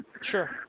Sure